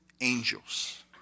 angels